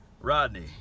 Rodney